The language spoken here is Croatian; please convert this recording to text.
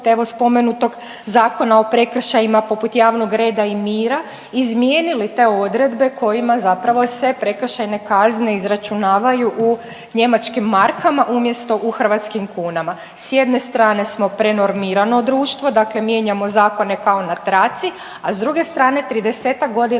evo spomenutog Zakona o prekršajima poput javnog reda i mira izmijenili te odredbe kojima zapravo se prekršajne kazne izračunavaju u njemačkim markama umjesto u hrvatskim kunama. S jedne strane smo prenormirano društvo, dakle mijenjamo zakone kao na traci, a s druge strane 30-ak godina